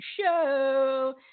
show